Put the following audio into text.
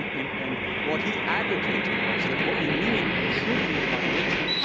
and and and what he advocated was that what we mean or should mean by nature,